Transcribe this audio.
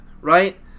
right